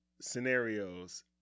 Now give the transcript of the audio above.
scenarios